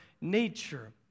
nature